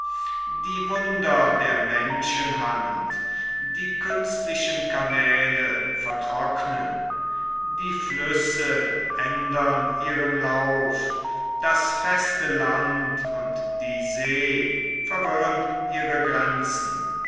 die wunder der menschenhand die künstlichen kanäle vertrocknen die flüsse ändern ihren lauf das feste land und die see verwirren ihre grenzen